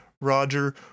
Roger